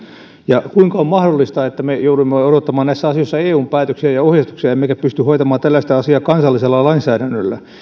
ja kuinka on mahdollista että me joudumme odottamaan näissä asioissa eun päätöksiä ja ohjeistuksia emmekä pysty hoitamaan tällaista asiaa kansallisella lainsäädännöllä